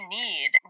need